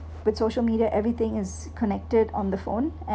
but social media everything is connected on the phone and